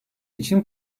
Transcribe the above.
için